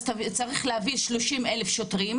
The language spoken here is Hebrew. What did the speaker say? אז צריך להביא 30 אלף שוטרים,